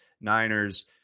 Niners